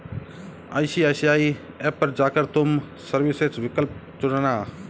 ICICI app पर जा कर तुम सर्विसेस विकल्प चुनना